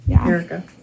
Erica